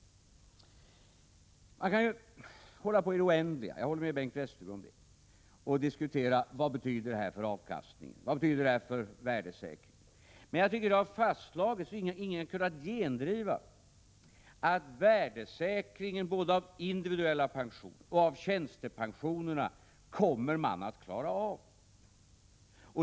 Man kan ju, och det håller jag med Bengt Westerberg om, hålla på i det oändliga och diskutera vad engångsskatten betyder för avkastningen och för värdesäkringen. Men jag tycker att det har fastslagits — ingen har ju kunnat gendriva det — att man kommer att klara värdesäkringen av både individuella pensioner och tjänstepensionerna.